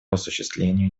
осуществлению